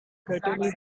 courtney